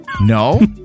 No